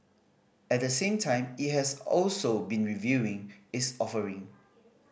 at the same time it has also been reviewing its offering